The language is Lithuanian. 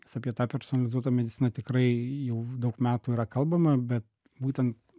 nes apie tą personalizuotą mediciną tikrai jau daug metų yra kalbama be būtent